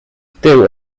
tył